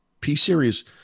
P-series